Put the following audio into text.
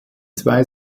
zwei